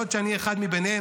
יכול להיות שאני אחד מהם,